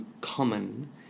common